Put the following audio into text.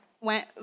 went